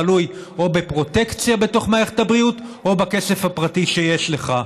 אתה תלוי בפרוטקציות בתוך מערכת הבריאות או בכסף הפרטי שיש לך.